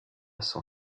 son